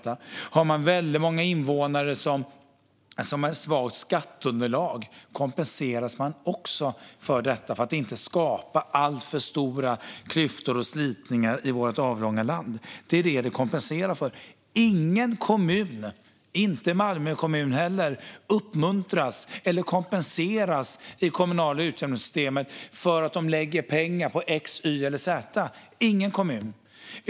Om man har väldigt många invånare med svagt skatteunderlag kompenseras man också för det för att det inte ska skapas alltför stora klyftor och slitningar i vårt avlånga land. Ingen kommun, inte heller Malmö, uppmuntras eller kompenseras genom det kommunala utjämningssystemet för att man lägger pengar på x, y eller z.